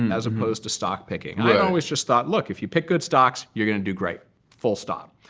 and as opposed to stock picking. i always just thought, look, if you pick good stocks, you're going to do great full stop.